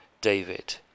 David